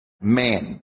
man